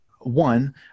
One